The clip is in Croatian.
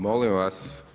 Molim vas.